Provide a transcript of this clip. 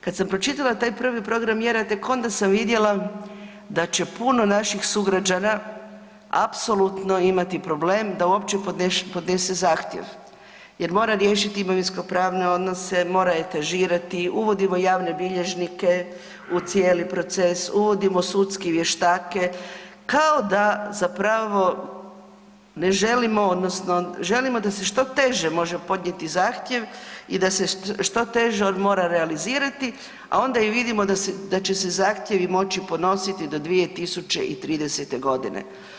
Kad sam pročitala taj prvi program mjera tek onda sam vidjela da će puno naših sugrađana apsolutno imati problem da uopće podnese zahtjev jer mora riješiti imovinsko-pravne odnose, mora etažirati, uvodimo javne bilježnike u cijeli proces, uvodimo sudske vještake, kao da zapravo ne želimo odnosno želimo da se što teže može podnijeti zahtjev i da se što teže on mora realizirati, a onda i vidimo da će se zahtjevi moći podnositi do 2030. godine.